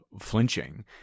flinching